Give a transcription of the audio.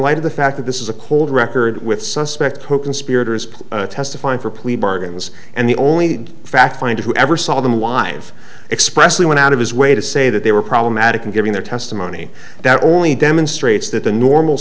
light of the fact that this is a cold record with suspect coconspirators testifying for plea bargains and the only fact finder who ever saw them alive expressly went out of his way to say that they were problematic in giving their testimony that only demonstrates that the normal